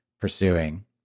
pursuing